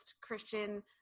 Christian